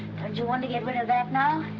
don't you want to get rid of that now?